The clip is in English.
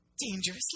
dangerously